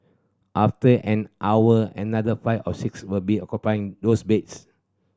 after an hour another five or six will be occupying those beds